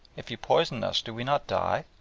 if you poison us, do we not die?